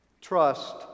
Trust